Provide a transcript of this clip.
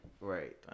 right